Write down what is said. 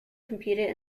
competed